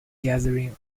gathering